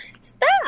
Stop